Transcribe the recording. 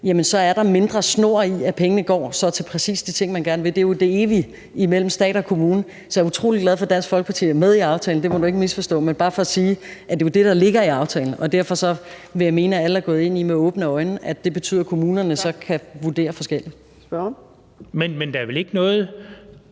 så er der mindre snor i at sikre, at pengene går præcis til de ting, man gerne vil. Det er jo det evige spørgsmål mellem stat og kommune. Så jeg er utrolig glad for, at Dansk Folkeparti er med i aftalen – det må du ikke misforstå – men det er bare for at sige, at det jo er det, der ligger i aftalen, og derfor vil jeg mene, at alle er gået ind i med åbne øjne, at det betyder, at kommunerne så kan vurdere forskelligt. Kl. 15:21 Fjerde